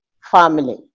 family